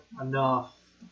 enough